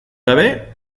gabe